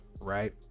right